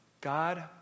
God